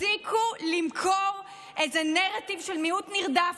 תפסיקו למכור איזה נרטיב של מיעוט נרדף.